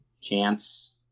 chance